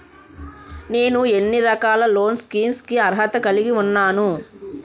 నేను ఎన్ని రకాల లోన్ స్కీమ్స్ కి అర్హత కలిగి ఉన్నాను?